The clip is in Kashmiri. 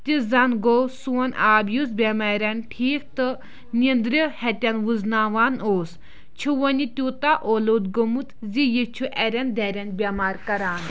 تہِ زَن گوٚو سون آب یُس بٮ۪مارٮ۪ن ٹھیٖک تہٕ نیندرِ ہَتٮ۪ن وُزناوان اوس چھُ وۄنۍ تیوٗتاہ اولوٗد گوٚمُت زِ یہِ چھُ اَرین دَرٮ۪ن بٮ۪مار کَران